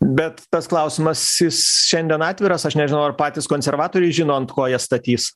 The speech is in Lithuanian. bet tas klausimas jis šiandien atviras aš nežinau ar patys konservatoriai žino ant ko jie statys